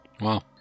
Wow